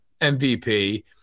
MVP